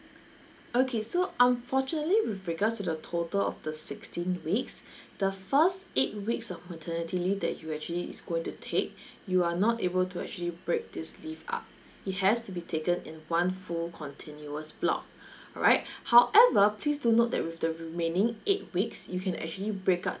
okay so unfortunately with regards to the total of the sixteen weeks the first eight weeks of maternity leave that you actually is going to take you are not able to actually break this leave up it has to be taken in one full continuous block alright however please do note that with the remaining eight weeks you can actually break up